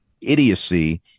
idiocy